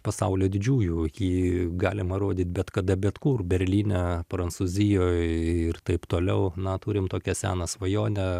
pasaulio didžiųjų jį galima rodyt bet kada bet kur berlyne prancūzijoj ir taip toliau na turim tokią seną svajonę